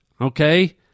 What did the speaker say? Okay